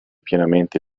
pienamente